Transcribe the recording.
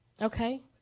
Okay